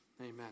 Amen